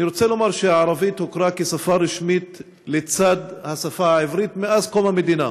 אני רוצה לומר שהערבית הוכרה כשפה רשמית לצד השפה העברית עם קום המדינה.